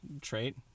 trait